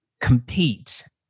compete